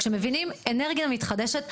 כשמבינים אנרגיה מתחדשת,